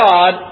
God